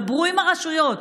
דברו עם הרשויות,